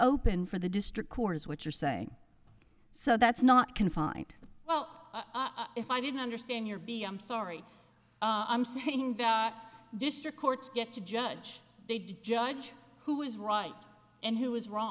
open for the district court is what you're saying so that's not confined to well if i didn't understand your b i'm sorry i'm saying that district courts get to judge they judge who is right and who is wrong